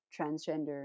transgender